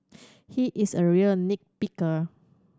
he is a real nit picker